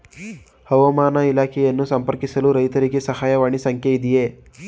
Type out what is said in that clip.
ಹವಾಮಾನ ಇಲಾಖೆಯನ್ನು ಸಂಪರ್ಕಿಸಲು ರೈತರಿಗೆ ಸಹಾಯವಾಣಿ ಸಂಖ್ಯೆ ಇದೆಯೇ?